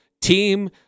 team